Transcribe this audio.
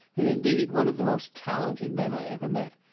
and indeed one of the most talented men i ever met,